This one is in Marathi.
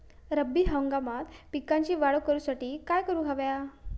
रब्बी हंगामात पिकांची वाढ करूसाठी काय करून हव्या?